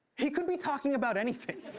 he could be talking about anything.